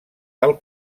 del